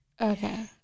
Okay